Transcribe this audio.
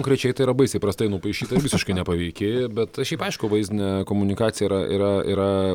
konkrečiai tai yra baisiai prastai nupaišyta ir visiškai nepaveiki bet šiaip aišku vaizdinė komunikacija yra yra yra